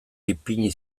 ipini